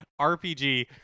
RPG